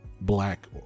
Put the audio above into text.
black